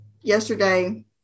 yesterday